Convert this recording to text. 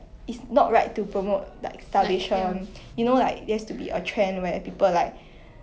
like cannot be taken too extreme like you should not skinny shame someone or like fat shame someone